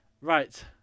Right